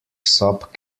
sub